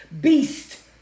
beast